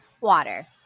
water